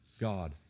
God